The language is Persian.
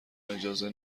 اجازه